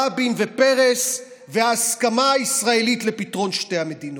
רבין ופרס וההסכמה הישראלית לפתרון שתי המדינות.